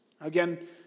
Again